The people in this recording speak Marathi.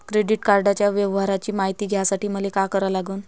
क्रेडिट कार्डाच्या व्यवहाराची मायती घ्यासाठी मले का करा लागन?